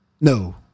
No